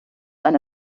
eine